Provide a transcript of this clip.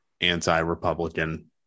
anti-Republican